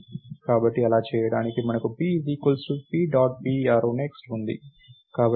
కాబట్టి అలా చేయడానికి మనకు p p dot p arrow next ఉంది